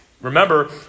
Remember